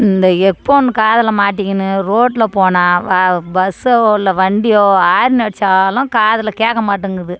இந்த எஃப்எம் காதில் மாட்டிக்கின்னு ரோட்டில் போனால் இல்லை பஸ்ஸோ இல்லை வண்டியோ ஹார்ன் அடிச்சாலும் காதில் கேட்கமாட்டிங்குது